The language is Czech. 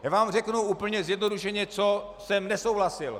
Já vám řeknu úplně zjednodušeně, co jsem nesouhlasil.